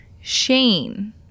Shane